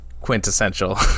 quintessential